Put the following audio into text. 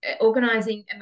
organizing